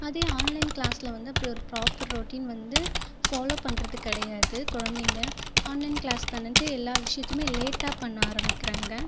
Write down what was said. அதே ஆன்லைன் கிளாஸில் வந்து இப்படி ஒரு ப்ராப்பர் ரொட்டின் வந்து ஃபாலோ பண்ணுறதுக் கிடையாது குழந்தைங்க ஆன்லைன் கிளாஸ் தன்னுட்டு எல்லா விஷயத்தையுமே லேட்டா பண்ண ஆரமிக்கிறாங்கள்